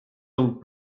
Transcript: donc